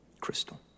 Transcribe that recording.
Crystal